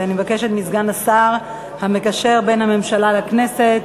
ואני מבקשת מסגן השר המקשר בין הממשלה לכנסת,